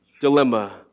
dilemma